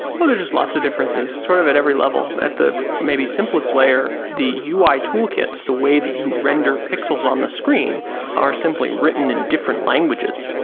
well, there's lots of differences, sort of at every level at the maybe simplest layer, the ui toolkits, the way that you render pixels on the screen are simply written in different languages.